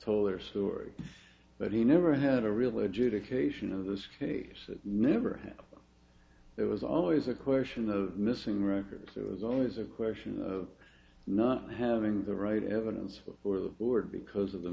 told their story but he never had a real education of this case never had there was always a question of missing records it was always a question of not having the right evidence before the board because of the